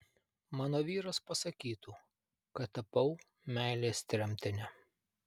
mano vyras pasakytų kad tapau meilės tremtine